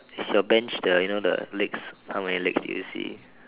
is your bench the you know the legs how many legs do you see